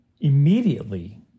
immediately